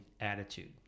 attitude